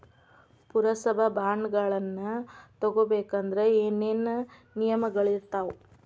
ಪುರಸಭಾ ಬಾಂಡ್ಗಳನ್ನ ತಗೊಬೇಕಂದ್ರ ಏನೇನ ನಿಯಮಗಳಿರ್ತಾವ?